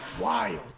wild